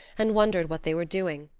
and wondered what they were doing.